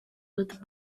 with